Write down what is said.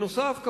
נוסף על כך,